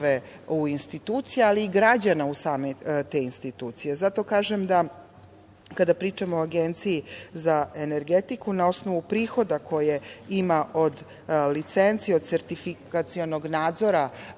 u institucije, ali i građana u same te institucije. Zato kažem da, kada pričamo o Agenciji za energetiku, na osnovu prihoda koje ima od licenci, od sertifikacionog nadzora